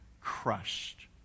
crushed